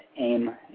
AIM